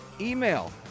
email